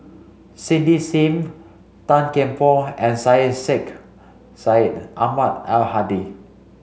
Cindy Sim Tan Kian Por and Syed Sheikh Syed Ahmad Al Hadi